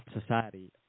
society